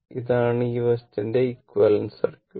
ഇതാണ് ഈ വശത്തിന്റെ എക്വിവാലെന്റ സർക്യൂട്ട്